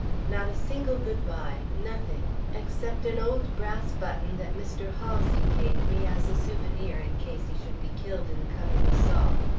not a single good-bye! nothing except an old brass button that mr. halsey gave me as a souvenir in case he should be killed in the coming assault.